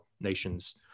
nations